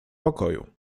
pokoju